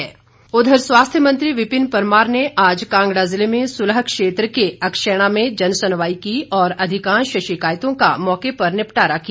विपिन परमार उधर स्वास्थ्य मंत्री विपिन परमार ने आज कांगड़ा जिले में सुलह क्षेत्र के अक्षैणा में जन सुनवाई की और अधिकांश शिकायतों का मौके पर निपटारा किया